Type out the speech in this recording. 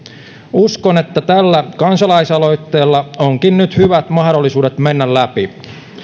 uskon että tällä kansalaisaloitteella onkin nyt hyvät mahdollisuudet mennä läpi